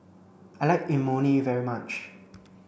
I like Imoni very much